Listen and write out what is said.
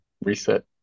reset